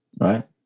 right